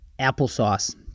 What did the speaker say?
Applesauce